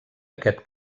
aquest